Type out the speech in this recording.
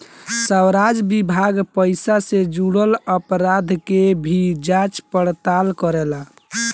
राजस्व विभाग पइसा से जुरल अपराध के भी जांच पड़ताल करेला